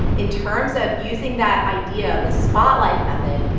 in terms of using that idea, the spotlight method,